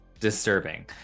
disturbing